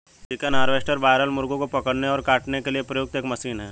chicken harvester broiler मुर्गों को पकड़ने और काटने के लिए प्रयुक्त एक मशीन है